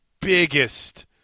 biggest